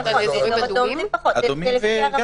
באדומים פחות, זה לפי הרמזור.